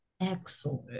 excellent